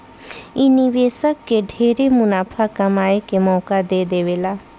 इ निवेशक के ढेरे मुनाफा कमाए के मौका दे देवेला